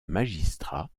magistrats